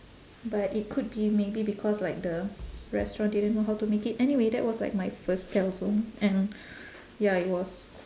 but it could be maybe because like the restaurant didn't know how to make it anyway that was like my first calzone and ya it was